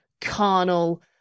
carnal